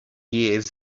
years